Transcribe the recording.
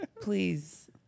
please